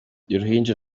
uruhinja